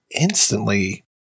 instantly